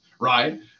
right